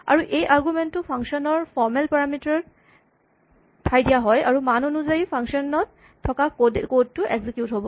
আৰু সেই আৰগুমেন্ট টো ফাংচন ৰ ফৰ্মেল পাৰামিটাৰত ঠাইত দিয়া হয় আৰু মান অনুযায়ী ফাংচন ত থকা কড টো এক্সিকিউট হ'ব